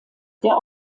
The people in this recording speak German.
der